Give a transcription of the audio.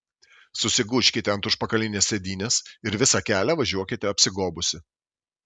susigūžkite ant užpakalinės sėdynės ir visą kelią važiuokite apsigobusi